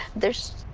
there's,